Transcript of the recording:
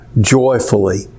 joyfully